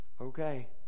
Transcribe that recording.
Okay